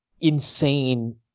insane